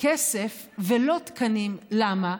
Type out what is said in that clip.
כסף ולא תקנים, למה?